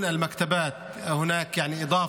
(אומר דברים בשפה הערבית, להלן תרגומם:)